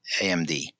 AMD